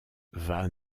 van